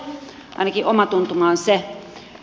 ainakin oma tuntumani on se